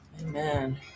Amen